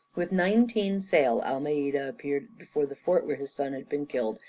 with nineteen sail almeida appeared before the fort where his son had been killed,